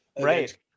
Right